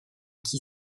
qui